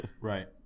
Right